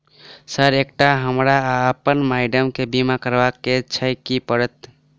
Sir एकटा हमरा आ अप्पन माइडम केँ बीमा करबाक केँ छैय की करऽ परतै?